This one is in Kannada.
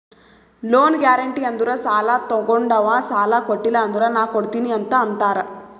ಲೋನ್ ಗ್ಯಾರೆಂಟಿ ಅಂದುರ್ ಸಾಲಾ ತೊಗೊಂಡಾವ್ ಸಾಲಾ ಕೊಟಿಲ್ಲ ಅಂದುರ್ ನಾ ಕೊಡ್ತೀನಿ ಅಂತ್ ಅಂತಾರ್